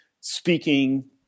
speaking